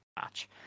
match